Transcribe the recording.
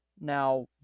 Now